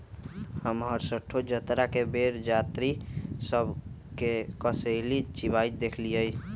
हम हरसठ्ठो जतरा के बेर जात्रि सभ के कसेली चिबाइत देखइलइ